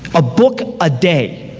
a book a day.